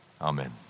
Amen